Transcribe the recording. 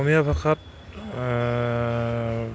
অসমীয়া ভাষাত